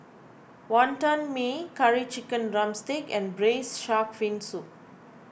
Wonton Mee Curry Chicken Drumstick and Braised Shark Fin Soup